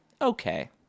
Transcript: okay